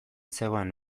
zegoen